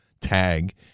tag